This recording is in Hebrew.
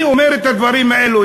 אני אומר את הדברים האלו,